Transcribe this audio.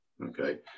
Okay